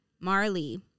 Marley